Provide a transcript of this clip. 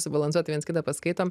subalansuotai viens kitą paskaitom